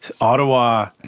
Ottawa-